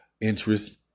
interest